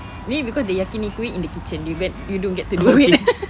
maybe because they yakiniku it in the kitchen you bet~ you don't get to do it